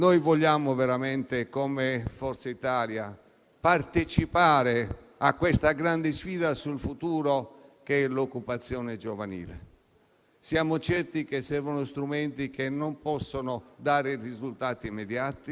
Siamo certi che servono strumenti che non possono dare risultati immediati ma occorre un atteggiamento diverso verso questa forma di disoccupazione, che è il vero dramma